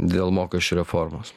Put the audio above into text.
dėl mokesčių reformos